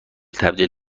تبدیل